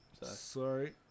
Sorry